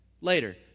later